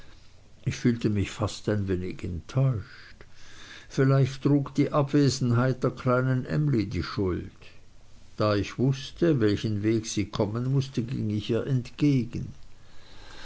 ich fühlte mich fast ein wenig enttäuscht vielleicht trug die abwesenheit der kleinen emly die schuld da ich wußte welchen weg sie kommen mußte ging ich ihr entgegen